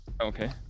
Okay